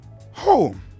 Home